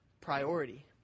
priority